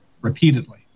repeatedly